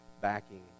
backing